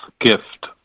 Gift